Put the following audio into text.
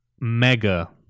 mega